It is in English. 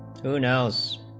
who knows